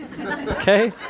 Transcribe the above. Okay